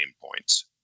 points